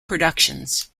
productions